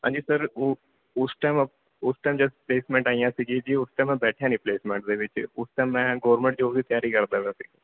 ਹਾਂਜੀ ਸਰ ਉ ਉਸ ਟਾਈਮ ਉਸ ਟਾਈਮ ਜਦ ਪਲੇਸਮੈਂਟ ਆਈਆਂ ਸੀ ਜੀ ਜੀ ਉਸ ਟਾਈਮ ਮੈਂ ਬੈਠਿਆ ਨਹੀਂ ਪਲੇਸਮੈਂਟ ਦੇ ਵਿੱਚ ਉਸ ਟਾਈਮ ਮੈਂ ਗੋਰਮੈਂਟ ਜੋਬ ਦੀ ਤਿਆਰੀ ਕਰਦਾ ਪਿਆ ਸੀ